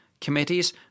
Committees